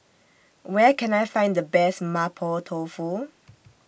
Where Can I Find The Best Mapo Tofu